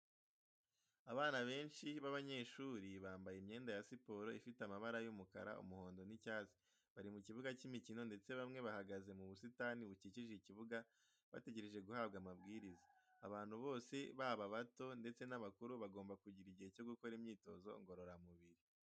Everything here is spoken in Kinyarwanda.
Abana benshi b'abanyeshuri bambaye imyenda ya siporo ifite amabara y'umukara, umuhondo n'icyatsi, bari mu kibuga cy'imikino ndetse bamwe bahagaze mu busitani bukikije ikibuga bategereje guhabwa amabwiriza. Abantu bose, baba abato ndetse n'abakuru bagomba kugira igihe cyo gukora imyitozo ngororamubiri.